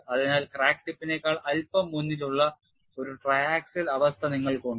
അതിനാൽ ക്രാക്ക് ടിപ്പിനേക്കാൾ അല്പം മുന്നിലുള്ള ഒരു ട്രയാക്സിയൽ അവസ്ഥ നിങ്ങൾക്കുണ്ട്